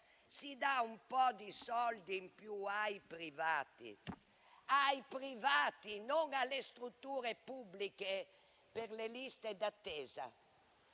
si danno un po' di soldi in più ai privati, non alle strutture pubbliche, per le liste d'attesa.